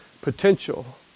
potential